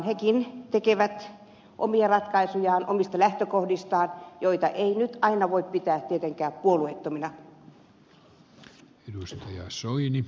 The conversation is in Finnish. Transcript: hekin tekevät omia ratkaisujaan omista lähtökohdistaan joita ei tietenkään aina voi pitää puolueettomina